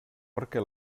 perquè